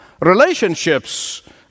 Relationships